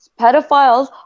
Pedophiles